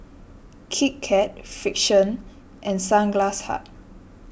Kit Kat Frixion and Sunglass Hut